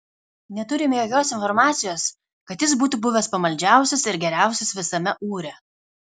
neturime jokios informacijos kad jis būtų buvęs pamaldžiausias ir geriausias visame ūre